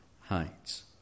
heights